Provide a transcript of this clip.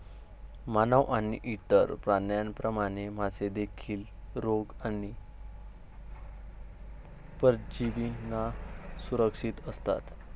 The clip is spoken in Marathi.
मानव आणि इतर प्राण्यांप्रमाणे, मासे देखील रोग आणि परजीवींना असुरक्षित असतात